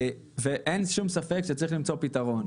ואין שום ספק שצריך למצוא פתרון.